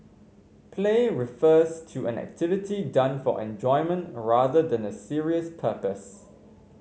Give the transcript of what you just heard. play refers to an activity done for enjoyment rather than a serious purpose